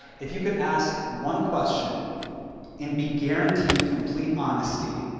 if you could ask one question and be guaranteed complete honesty,